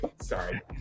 Sorry